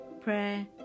prayer